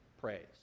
praise